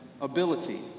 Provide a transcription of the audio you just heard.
ability